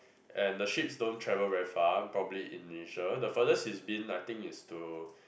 and the ship is don't travel very far probably in Malaysia the furthest is been like I think is to